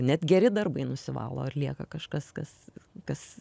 net geri darbai nusivalo ar lieka kažkas kas kas